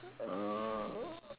uh